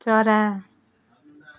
चरा